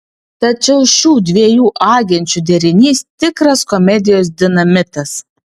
tačiau šių dviejų agenčių derinys tikras komedijos dinamitas